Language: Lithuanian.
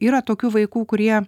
yra tokių vaikų kurie